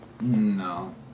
no